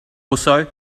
also